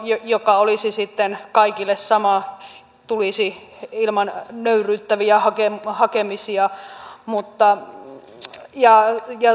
joka olisi sitten kaikille sama tulisi ilman nöyryyttäviä hakemisia hakemisia ja